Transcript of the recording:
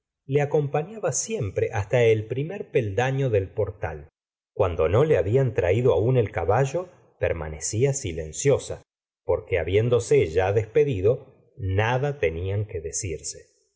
le acompallaba siempre hasta el primer peldalio la señora de bovary del portal cuando no le habían traído aún el caballo permanecía silenciosa porque habiéndose ya despedido nada tenían que decirse